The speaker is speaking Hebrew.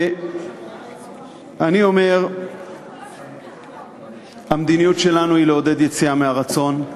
אני אומר שהמדיניות שלנו היא לעודד יציאה מרצון.